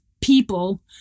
people